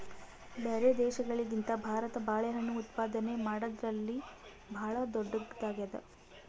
ಬ್ಯಾರೆ ದೇಶಗಳಿಗಿಂತ ಭಾರತ ಬಾಳೆಹಣ್ಣು ಉತ್ಪಾದನೆ ಮಾಡದ್ರಲ್ಲಿ ಭಾಳ್ ಧೊಡ್ಡದಾಗ್ಯಾದ